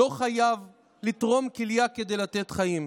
לא חייבים לתרום כליה כדי לתת חיים,